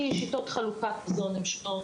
כי שיטות חלוקת המזון הן שונות,